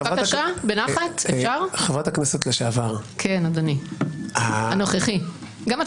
חברת הכנסת לשעבר פולישוק, הם ייעלמו.